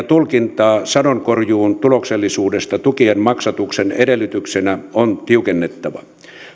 tulkintaa sadonkorjuun tuloksellisuudesta tukien maksatuksen edellytyksenä on tiukennettava